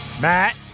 Matt